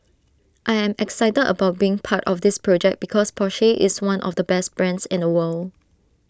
I am excited about being part of this project because Porsche is one of the best brands in the world